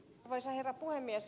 arvoisa herra puhemies